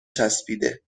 چسبیده